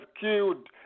killed